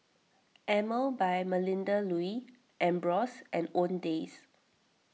Emel by Melinda Looi Ambros and Owndays